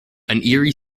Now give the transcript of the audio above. eerie